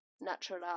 natural